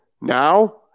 Now